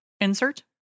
insert